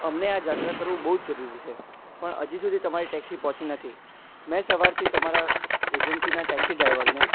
અમને આ જાત્રા કરવું બહુ જ જરૂરી છે પણ હજી સુધી તમારી ટેક્સી પહોંચી નથી મેં સવારથી તમારા એજન્સીના ટેક્સી ડ્રાઇવરને